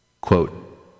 Quote